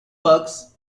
bugs